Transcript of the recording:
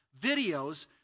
videos